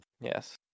Yes